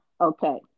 Okay